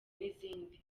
n’izindi